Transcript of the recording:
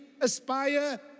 aspire